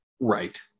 Right